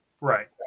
right